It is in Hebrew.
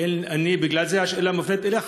בגלל זה השאלה מופנית אליך,